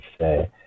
say